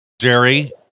Jerry